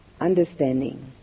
understanding